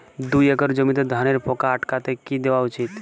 দুই একর জমিতে ধানের পোকা আটকাতে কি দেওয়া উচিৎ?